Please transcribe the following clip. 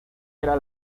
era